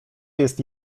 jest